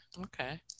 Okay